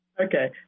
Okay